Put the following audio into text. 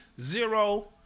Zero